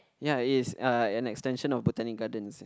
ya it is uh an extension of Botanic-Gardens